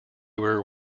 were